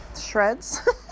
shreds